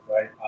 right